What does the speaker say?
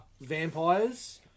vampires